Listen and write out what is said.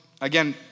again